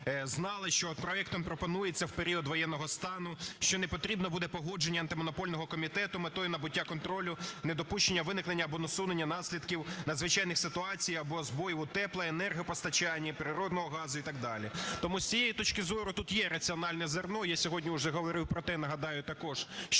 знали, що проектом пропонується в період воєнного стану, що не потрібно буде погодження Антимонопольного комітету з метою набуття контролю, недопущення, виникнення або усунення наслідків надзвичайних ситуацій або збоїв у тепло, енергопостачанні, природного газу і так далі. Тому з цієї точки зору тут є раціональне зерно. Я сьогодні вже говорив про те, нагадаю також, що